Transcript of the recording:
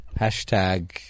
Hashtag